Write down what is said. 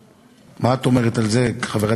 --- אם אני טועה, אז זה בסדר.